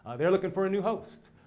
they're looking for a new host.